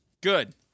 Good